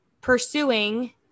pursuing